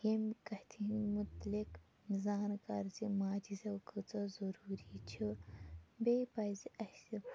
ییٚمہِ کَتھِ ہِنٛدۍ مُتعلِق زانکار زِ ماجہِ زٮ۪و کۭژاہ ضٔروٗری چھِ بیٚیہِ پَزِ اَسہِ